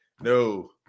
No